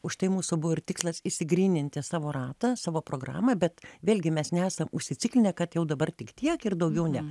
už tai mūsų buvo ir tikslas išsigryninti savo ratą savo programą bet vėlgi mes nesam užsiciklinę kad jau dabar tik tiek ir daugiau ne